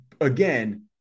again